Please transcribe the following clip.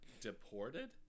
Deported